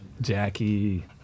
Jackie